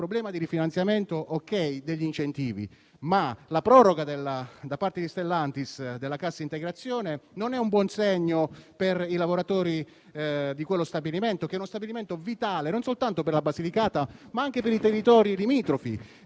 un problema di rifinanziamento degli incentivi, ma la proroga da parte di Stellantis della cassa integrazione non è un buon segno per i lavoratori di quello stabilimento, che è vitale non soltanto per la Basilicata, ma anche per i territori limitrofi;